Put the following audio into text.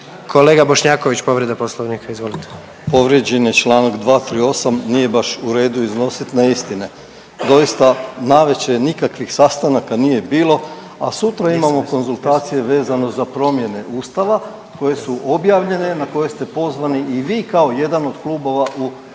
Kolega Bošnjaković, povreda Poslovnika, izvolite. **Bošnjaković, Dražen (HDZ)** Povrijeđen je čl. 238, nije baš u redu iznositi neistine. Doista, navečer nikakvih sastanaka nije bilo, a sutra imamo konzultacije vezano za promjene Ustava koje su objavljene, na koje ste pozvani i vi kao jedan od klubova u Saboru.